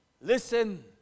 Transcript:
Listen